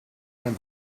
ein